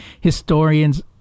historians